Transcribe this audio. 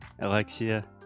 Alexia